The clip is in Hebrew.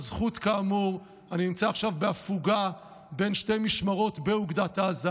אני נמצא עכשיו בהפוגה בין שתי משמרות באוגדת עזה,